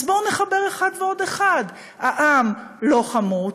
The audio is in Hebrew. אז בואו נחבר אחד ועוד אחד: העם לא חמוץ,